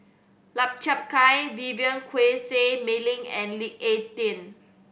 Lau Chiap Khai Vivien Quahe Seah Mei Lin and Lee Ek Tieng